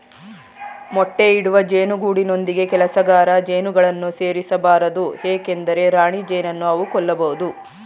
ಮೊಟ್ಟೆ ಇಡುವ ಜೇನು ಗೂಡಿನೊಂದಿಗೆ ಕೆಲಸಗಾರ ಜೇನುಗಳನ್ನು ಸೇರಿಸ ಬಾರದು ಏಕೆಂದರೆ ರಾಣಿಜೇನನ್ನು ಅವು ಕೊಲ್ಲಬೋದು